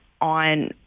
on